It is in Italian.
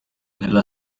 nella